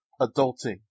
adulting